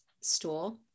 stool